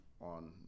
on